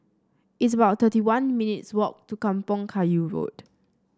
it's about thirty one minutes' walk to Kampong Kayu Road